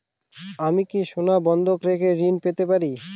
আমি কি সোনা বন্ধক রেখে ঋণ পেতে পারি?